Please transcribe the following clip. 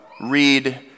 read